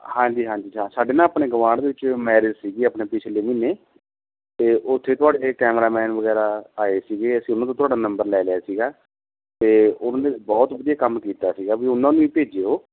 ਹਾਂਜੀ ਹਾਂਜੀ ਜਾ ਸਾਡੇ ਨਾ ਆਪਣੇ ਗੁਆਂਢ ਦੇ ਵਿੱਚ ਮੈਰਿਜ ਸੀਗੀ ਆਪਣੇ ਪਿਛਲੇ ਮਹੀਨੇ ਅਤੇ ਉੱਥੇ ਤੁਹਾਡੇ ਕੈਮਰਾਮੈਨ ਵਗੈਰਾ ਆਏ ਸੀਗੇ ਅਸੀਂ ਉਹਨਾਂ ਤੋਂ ਤੁਹਾਡਾ ਨੰਬਰ ਲੈ ਲਿਆ ਸੀਗਾ ਅਤੇ ਉਹਨਾਂ ਨੇ ਬਹੁਤ ਵਧੀਆ ਕੰਮ ਕੀਤਾ ਸੀਗਾ ਵੀ ਉਹਨਾਂ ਨੂੰ ਹੀ ਭੇਜਿਓ